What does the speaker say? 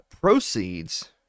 Proceeds